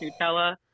Nutella